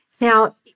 Now